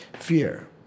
fear